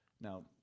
now